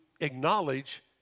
acknowledge